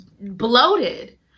bloated